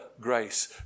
grace